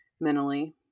mentally